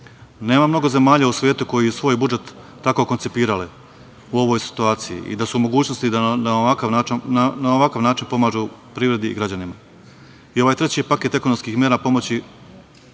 Nema mnogo zemalja u svetu koje su svoj budžet tako koncipirale u ovoj situaciji i da su u mogućnosti da na ovakav način pomažu privredi i građanima. Ovaj treći paket ekonomskih mera pomoći